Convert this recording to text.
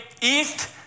east